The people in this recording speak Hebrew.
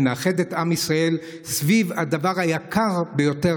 נאחד את עם ישראל סביב הדבר היקר ביותר